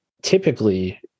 typically